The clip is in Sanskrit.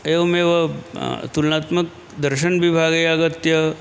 एवमेव तुलनात्मकदर्शनविभागे आगत्य